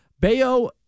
Bayo